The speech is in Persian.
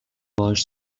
باهاش